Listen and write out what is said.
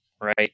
right